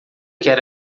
quer